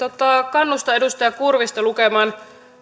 kannustan edustaja kurvista lukemaan